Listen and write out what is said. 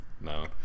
no